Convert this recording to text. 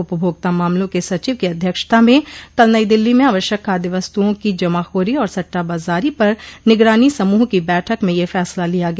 उपभोक्ता मामलों के सचिव की अध्यक्षता में कल नई दिल्ली में आवश्यक खाद्य वस्तुओं की जमाखोरी और सट्टाबाजारी पर निगरानी समूह की बैठक में यह फैसला लिया गया